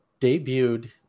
debuted